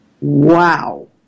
Wow